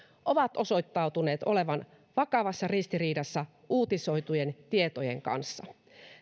ovat osoittautuneet olevan vakavassa ristiriidassa uutisoitujen tietojen kanssa